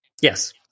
yes